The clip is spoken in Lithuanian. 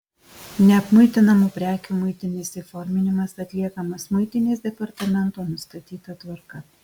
neapmuitinamų prekių muitinis įforminimas atliekamas muitinės departamento nustatyta tvarka